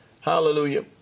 Hallelujah